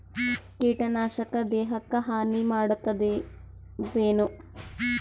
ಕೀಟನಾಶಕ ದೇಹಕ್ಕ ಹಾನಿ ಮಾಡತವೇನು?